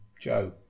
Joe